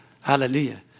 Hallelujah